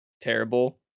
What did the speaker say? terrible